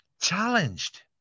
challenged